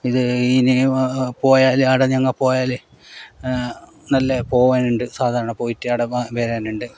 ഇത് ഇതിനു പോയാൽ ആടെ ഞങ്ങൾ പോയാൽ നല്ല പോകുന്നുണ്ട് സാധാരണ പോയിട്ട് ആടെ വരാനുണ്ട്